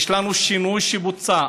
יש לנו שינוי שבוצע,